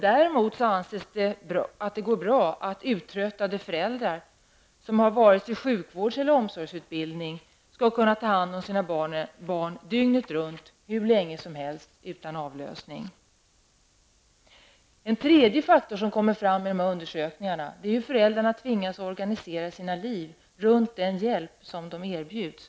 Däremot anses det gå bra att uttröttande föräldrar, utan vare sig sjukvårds eller omsorgsutbildning, skall kunna ta hand om sina barn dygnet runt hur länge som helst utan avlösning. En tredje faktor som kommer fram är hur föräldrarna tvingas organisera sina liv runt den hjälp som de erbjuds.